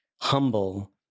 humble